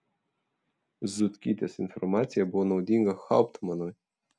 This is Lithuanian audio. zutkytės informacija buvo naudinga hauptmanui